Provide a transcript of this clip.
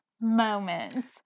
moments